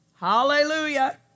Hallelujah